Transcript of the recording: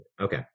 Okay